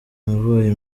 wabaye